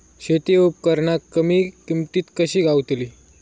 शेती उपकरणा कमी किमतीत कशी गावतली?